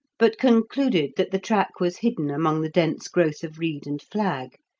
but concluded that the track was hidden among the dense growth of reed and flag,